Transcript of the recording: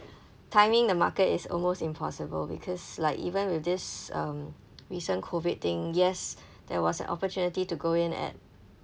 timing the market is almost impossible because like even with this um recent COVID thing yes there was an opportunity to go in at